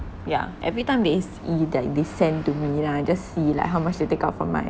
yeah every time there is e that they send to me then I just see like how much they take out from my